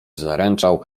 zaręczał